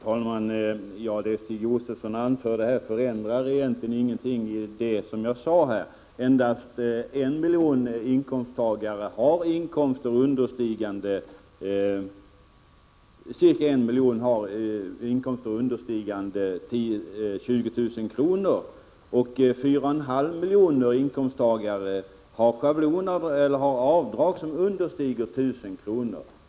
Herr talman! Det Stig Josefson anförde förändrar ingenting i det jag sade här. Endast omkring en miljon inkomsttagare har inkomster understigande 20 000 kr., och 4,5 miljoner inkomsttagare har avdrag som understiger 1 000 kr.